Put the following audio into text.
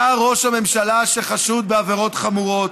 אתה ראש הממשלה שחשוד בעבירות חמורות,